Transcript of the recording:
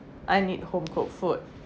I need home-cooked food